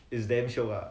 is damm shiok ah